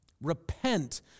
repent